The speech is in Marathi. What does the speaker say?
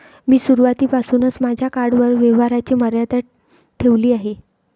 मी सुरुवातीपासूनच माझ्या कार्डवर व्यवहाराची मर्यादा ठेवली आहे